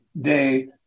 day